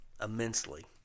immensely